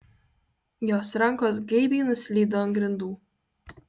jos rankos geibiai nuslydo ant grindų